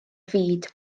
fud